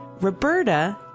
Roberta